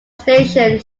station